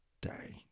day